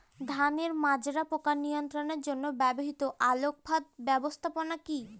ধানের মাজরা পোকা নিয়ন্ত্রণের জন্য ব্যবহৃত আলোক ফাঁদ ব্যবস্থাপনা কি?